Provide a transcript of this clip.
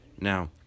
Now